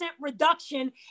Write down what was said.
reduction